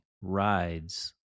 rides